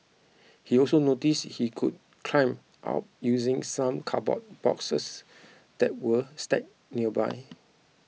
he also noticed he could climb up using some cardboard boxes that were stacked nearby